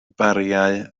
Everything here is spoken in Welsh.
bariau